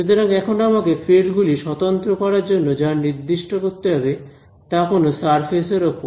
সুতরাং এখন আমাকে ফিল্ড গুলি স্বতন্ত্র করার জন্য যা নির্দিষ্ট করতে হবে তা কোন সারফেস এর ওপর